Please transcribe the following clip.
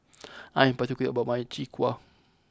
I am particular about my Chwee Kueh